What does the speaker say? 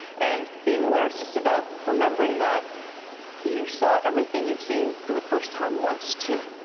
and being aware is just about remembering that you saw everything you've seen for the first time once, too.